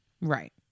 right